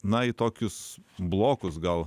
na į tokius blokus gal